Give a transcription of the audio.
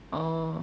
orh